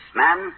man